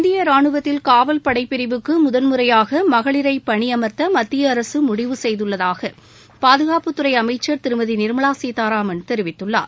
இந்திய ராணுவத்தில் காவல்பனட பிரிவுக்கு முதன் முறையாக மகளிரை பணி அமர்தத மத்திய அரசு முடிவு செய்துள்ளதாக பாதுகாப்பு துறை அமைச்சர் திருமதி நிர்மலா சீதாராமன் தெரிவித்துள்ளார்